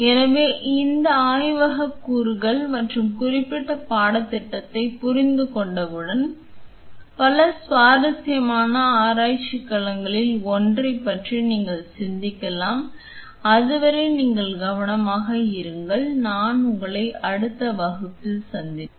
எனவே இந்த ஆய்வகக் கூறுகள் மற்றும் குறிப்பிட்ட பாடத்திட்டத்தைப் புரிந்துகொண்டவுடன் பல சுவாரஸ்யமான ஆராய்ச்சிக் களங்களில் ஒன்றைப் பற்றி நீங்கள் சிந்திக்கலாம் அதுவரை நீங்கள் கவனமாக இருங்கள் நான் உங்களை அடுத்த வகுப்பில் சந்திப்பேன்